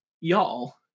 y'all